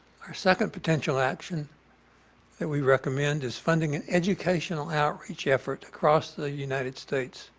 our second potential action that we recommend is funding an educational outreach effort across the united states.